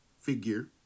figure